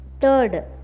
Third